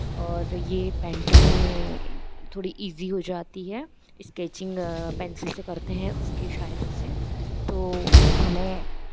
और ये पैन्टिंग थोड़ी ईज़ी हो जाती है स्केचिंग पेन्सिल से करते हैं उसकी सहायता से तो हमें